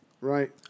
Right